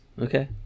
Okay